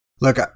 Look